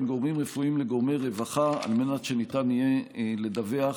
גורמים רפואיים לגורמי רווחה על מנת שניתן יהיה לדווח,